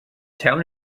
town